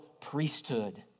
priesthood